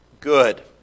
good